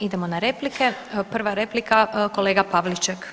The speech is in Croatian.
Idemo na replike, prva replika kolega Pavliček.